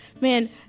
Man